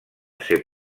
ser